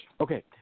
Okay